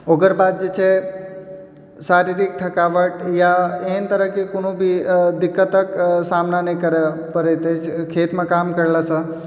ओकर बाद जे छै शारीरिक थकावट या एहन तरहके कोनो भी दिक्कतक सामना नहि करऽ परैत अछि खेतमे काम करलासँ